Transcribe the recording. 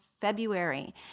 February